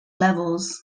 levels